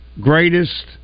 greatest